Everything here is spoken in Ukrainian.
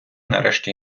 нарешті